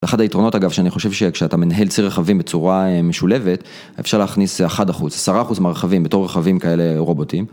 ואחד היתרונות אגב שאני חושב שכשאתה מנהל צי רכבים בצורה משולבת אפשר להכניס אחת אחוז עשרה אחוז מהרכבים בתור רכבים כאלה רובוטיים